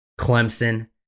Clemson